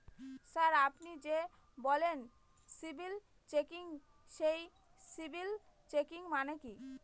Sir আপনি যে বললেন সিবিল চেকিং সেই সিবিল চেকিং মানে কি?